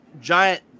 giant